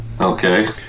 Okay